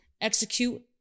execute